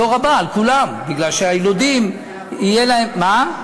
בדור הבא, על כולם, מפני שהיילודים יהיה להם, מה?